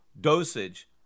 dosage